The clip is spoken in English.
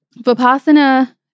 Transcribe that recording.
vipassana